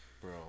bro